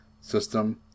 system